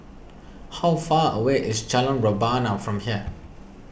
how far away is Jalan Rebana from here